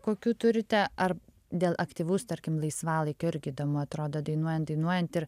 kokių turite ar dėl aktyvaus tarkim laisvalaikio irgi įdomu atrodo dainuojant dainuojant ir